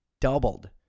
doubled